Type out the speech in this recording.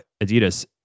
Adidas